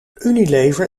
unilever